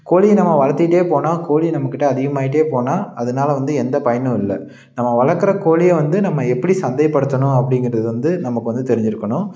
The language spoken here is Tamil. கோழியை நம்ம வளர்த்துக்குட்டே போனால் கோழியும் நம்மகிட்ட அதிகமாகிக்கிட்டே போனால் அதனால வந்து எந்த பயனும் இல்லை நம்ம வளர்க்குற கோழியை வந்து நம்ம எப்படி சந்தைப்படுத்தணும் அப்படிங்குறது வந்து நமக்கு வந்து தெரிஞ்சுருக்கணும்